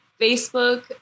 Facebook